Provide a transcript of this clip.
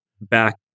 Back